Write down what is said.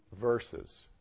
verses